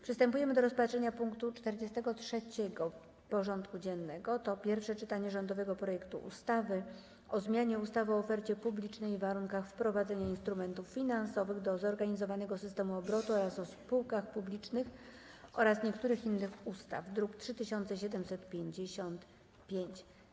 Przystępujemy do rozpatrzenia punktu 43. porządku dziennego: Pierwsze czytanie rządowego projektu ustawy o zmianie ustawy o ofercie publicznej i warunkach wprowadzania instrumentów finansowych do zorganizowanego systemu obrotu oraz o spółkach publicznych oraz niektórych innych ustaw (druk nr 3755)